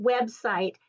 website